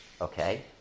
Okay